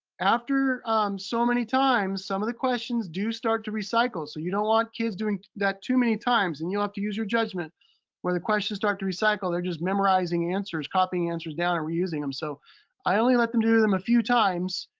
after so many times, some of the questions do start to recycle. so you don't want kids doing that too many times, and you'll have to use your judgment where the questions start to recycle. they're just memorizing the answers, copying the answers down and reusing them. so i only let them do them a few times,